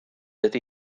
ydy